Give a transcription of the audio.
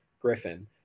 Griffin